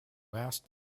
asked